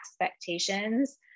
expectations